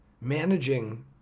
Managing